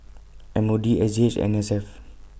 M O D S G H and N S F